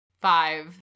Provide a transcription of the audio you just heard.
Five